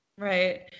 Right